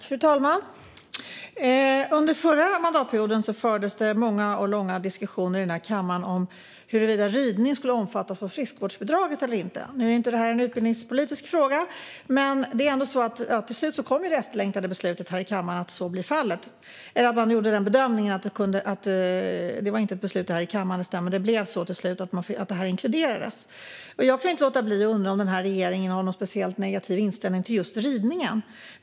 Fru talman! Under den förra mandatperioden fördes det många och långa diskussioner i den här kammaren om huruvida ridning skulle omfattas av friskvårdsbidraget eller inte. Nu är inte det en utbildningspolitisk fråga, men till slut kom det efterlängtade beslutet att så blir fallet. Till sist beslutades att ridning skulle inkluderades. Jag kan inte låta bli att undra om den här regeringen har en särskilt negativ inställning till just ridning.